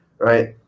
right